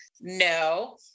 no